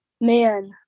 Man